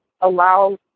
allow